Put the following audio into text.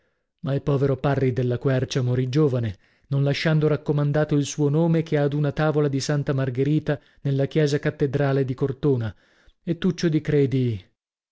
ma il povero parri della quercia morì giovane non lasciando raccomandato il suo nome che ad una tavola di santa margherita nella chiesa cattedrale di cortona e tuccio di credi